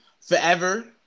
Forever